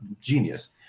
genius